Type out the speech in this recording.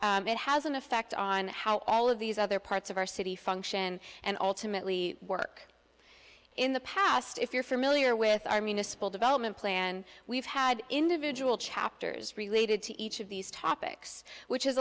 it has an effect on how all of these other parts of our city function and ultimately work in the past if you're familiar with i mean a spool development plan and we've had individual chapters related to each of these topics which